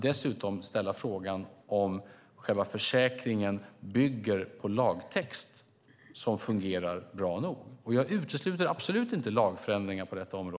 Dessutom behöver vi ställa frågan om själva försäkringen bygger på lagtext som fungerar bra nog. Jag utesluter absolut inte lagförändringar på detta område. Jag vill bara att vi ska veta vad vi gör när vi prövar en så viktig fråga.